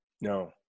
No